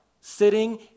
sitting